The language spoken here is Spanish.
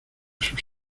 sus